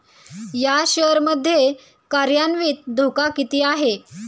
या शेअर मध्ये कार्यान्वित धोका किती आहे?